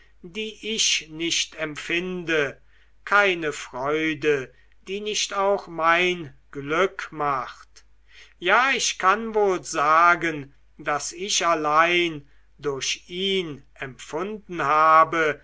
die ich nicht empfinde keine freude die nicht auch mein glück macht ja ich kann wohl sagen daß ich allein durch ihn empfunden habe